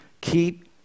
Keep